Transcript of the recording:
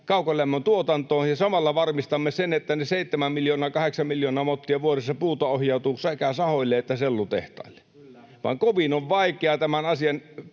kaukolämmön tuotantoon ja samalla varmistamme sen, että se seitsemän miljoonaa, kahdeksan miljoonaa mottia vuodessa puuta ohjautuu sekä sahoille että sellutehtaille. Vaan kovin on vaikeaa tämän asian